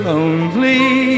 Lonely